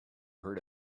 heard